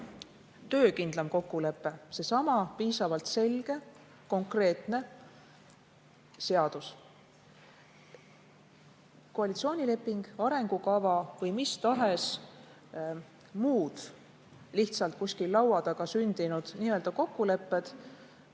töökindlam kokkulepe seesama piisavalt selge ja konkreetne seadus. Koalitsioonileping, arengukava või mis tahes muud lihtsalt kuskil laua taga sündinud nii-öelda